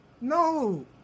No